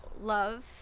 love